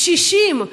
קשישים,